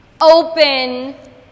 Open